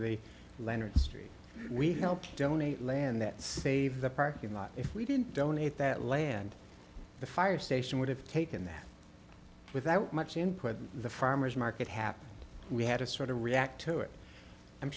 the leonard street we helped donate land that saved the parking lot if we didn't donate that land the fire station would have taken that without much input and the farmer's market happened we had a sort of react to it i'm